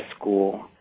school